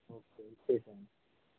okay ఓకేసం